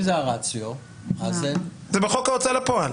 אם זה הרציו --- זה בחוק ההוצאה לפועל.